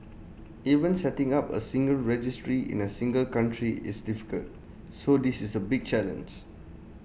even setting up A single registry in A single country is difficult so this is A big challenge